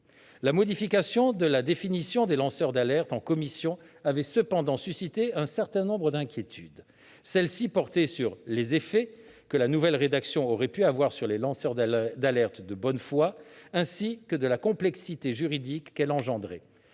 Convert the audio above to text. La modification de la définition des lanceurs d'alerte en commission a cependant suscité un certain nombre d'inquiétudes. Celles-ci portent sur les effets que la nouvelle rédaction pourrait avoir sur les lanceurs d'alerte de bonne foi, ainsi que sur la complexité juridique qu'elle engendrerait.